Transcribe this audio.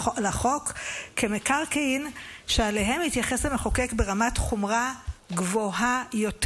לחוק כמקרקעין שאליהם התייחס המחוקק ברמת חומרה גבוהה יותר: